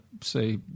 say